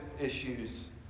issues